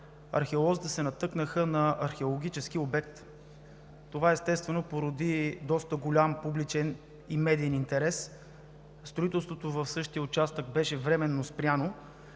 археолозите се натъкнаха на археологически обект. Това породи доста голям публичен и медиен интерес. Строителството в същия участък беше временно спряно.